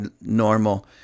normal